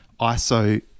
iso